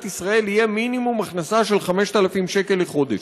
ישראל יהיה מינימום הכנסה של 5,000 שקלים לחודש.